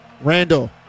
Randall